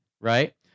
right